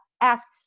ask